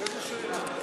איזו שאלה.